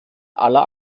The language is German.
aller